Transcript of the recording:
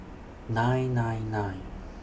nine nine nine